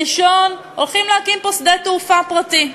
ראשון, הולכים להקים פה שדה תעופה פרטי.